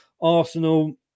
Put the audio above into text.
Arsenal